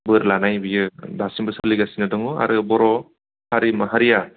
बोर लानाय बेयो दासिमबो सोलिगासिनो दङ आरो बर' हारि माहारिया